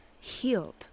healed